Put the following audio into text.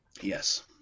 Yes